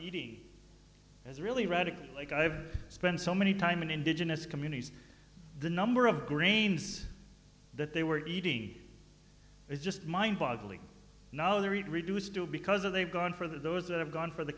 eating as a really radical like i have spent so many time in indigenous communities the number of grains that they were eating is just mind boggling now they're read reduced to because of they've gone for those that have gone for the